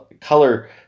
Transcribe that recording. color